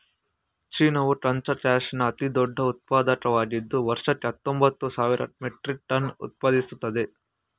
ಚೀನಾವು ಕಚ್ಚಾ ಕ್ಯಾಶ್ಮೀರ್ನ ಅತಿದೊಡ್ಡ ಉತ್ಪಾದಕವಾಗಿದ್ದು ವರ್ಷಕ್ಕೆ ಹತ್ತೊಂಬತ್ತು ಸಾವಿರ ಮೆಟ್ರಿಕ್ ಟನ್ ಉತ್ಪಾದಿಸ್ತದೆ